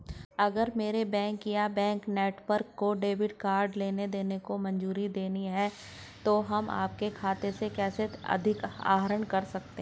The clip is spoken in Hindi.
अगर मेरे बैंक या बैंक नेटवर्क को डेबिट कार्ड लेनदेन को मंजूरी देनी है तो हम आपके खाते से कैसे अधिक आहरण कर सकते हैं?